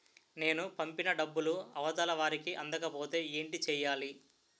నేను పంపిన డబ్బులు అవతల వారికి అందకపోతే ఏంటి చెయ్యాలి?